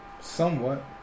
Somewhat